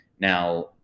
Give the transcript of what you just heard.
Now